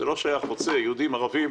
יהודים וערבים,